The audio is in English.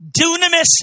Dunamis